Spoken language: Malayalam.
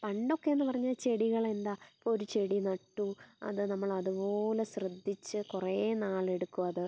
പണ്ടൊക്കേന്ന് പറഞ്ഞാൽ ചെടികളെന്താണ് ഇപ്പം ഒരു ചെടി നട്ടു അത് നമ്മളതുപോലെ ശ്രദ്ധിച്ച് കുറെ നാളെടുക്കും അത്